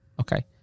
Okay